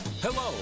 Hello